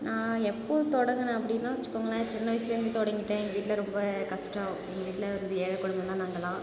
நான் எப்போது தொடங்குனேன் அப்படின்னா வச்சுக்கோங்களேன் சின்ன வயதுலேருந்தே தொடங்கிட்டேன் எங்கள் வீட்டில் ரொம்ப கஷ்டம் எங்கள் வீட்டில் வந்து ஏழை குடும்பம் தான் நாங்களாம்